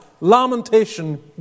Lamentation